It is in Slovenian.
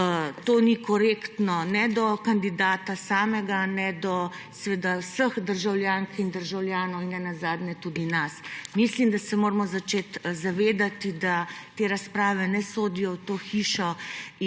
To ni korektno ne do kandidata samega, ne do vseh državljank in državljanov in nenazadnje tudi nas. Mislim, da se moramo začeti zavedati, da te razprave ne sodijo v to hišo